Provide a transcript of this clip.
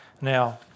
Now